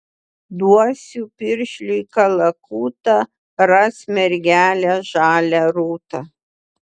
duosiu piršliui kalakutą ras mergelę žalią rūtą